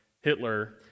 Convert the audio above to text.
Hitler